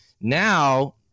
now